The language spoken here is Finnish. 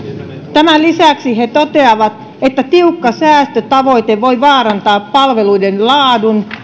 tämän lisäksi he toteavat että tiukka säästötavoite voi vaarantaa palveluiden laadun